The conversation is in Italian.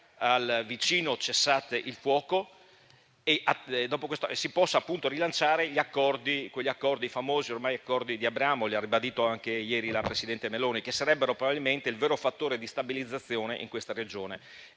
al vicino cessate il fuoco - si possano appunto rilanciare quegli accordi, i famosi Accordi Abramo, come ha ribadito anche ieri la presidente Meloni, che sarebbero probabilmente il vero fattore di stabilizzazione in questa regione.